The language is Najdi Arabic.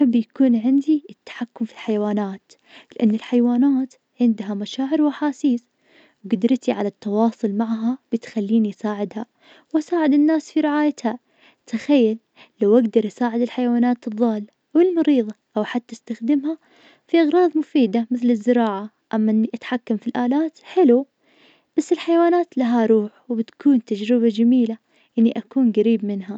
أحب يكون عندي تحكم في الحيوانات, لأن الحيوانات عندها مشاعر وأحاسيس, قدرتي على التواصل معها بتخليني اساعدها, واساعد الناس في رعايتها, تخيل لو اقدر اساعد الحيوانات الضالة والمريضة أو حتى استخدامها في أغراض مفيدة, مثل الزراعة, أما اني اتحكم في الآلات, حلو بس الحيوانات لها روح, وبتكون تجربة جميلة إني أكون قريب منها.